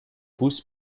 bus